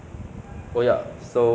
it's best for us to err